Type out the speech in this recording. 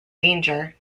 danger